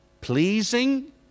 pleasing